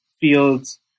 fields